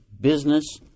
business